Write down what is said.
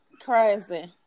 Crazy